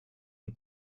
und